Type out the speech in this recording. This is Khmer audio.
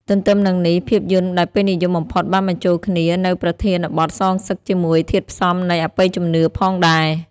ទន្ទឹមនឹងនេះភាពយន្តដែលពេញនិយមបំផុតបានបញ្ចូលគ្នានូវប្រធានបទសងសឹកជាមួយធាតុផ្សំនៃ អបិយជំនឿផងដែរ។